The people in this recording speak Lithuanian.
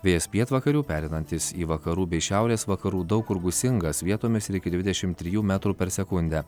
vėjas pietvakarių pereinantis į vakarų bei šiaurės vakarų daug kur gūsingas vietomis iki dvidešim trijų metrų per sekundę